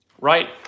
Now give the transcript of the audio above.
right